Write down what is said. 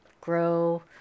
grow